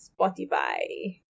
Spotify